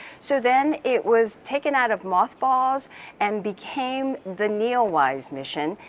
so then it was taken out of mothballs and became the neowise mission,